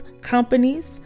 companies